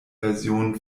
versionen